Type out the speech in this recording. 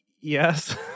Yes